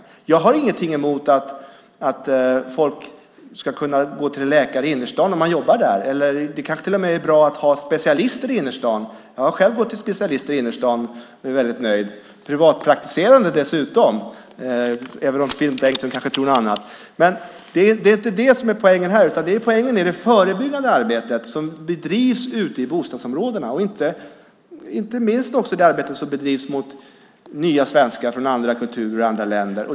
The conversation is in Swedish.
Jag har ingenting emot att folk ska kunna gå till läkare i innerstaden om man jobbar där. Det kanske till och med är bra att ha specialister i innerstaden. Jag har själv gått till specialister i innerstaden och är väldigt nöjd - privatpraktiserande dessutom även om Finn Bengtsson kanske tror något annat. Men det är inte det som är poängen här, utan poängen är det förebyggande arbete som bedrivs ute i bostadsområdena, inte minst det arbete som riktar sig till nya svenskar från andra kulturer och andra länder.